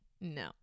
no